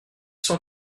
cent